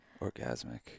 orgasmic